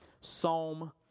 Psalm